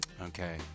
Okay